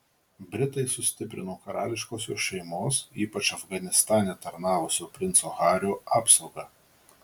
britai sustiprino karališkosios šeimos ypač afganistane tarnavusio princo hario apsaugą